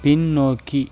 பின்னோக்கி